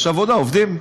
יש עבודה, עובדים.